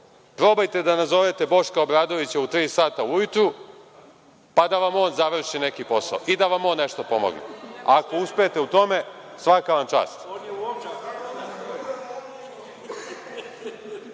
Probajte da nazovete Boška Obradovića u tri sata ujutru, pa da vam on završi neki posao i da vam on nešto pomogne. Ako uspete u tome, svaka vam